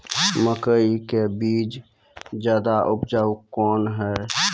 मकई के बीज ज्यादा उपजाऊ कौन है?